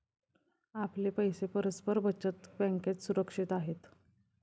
आपले पैसे परस्पर बचत बँकेत सुरक्षित आहेत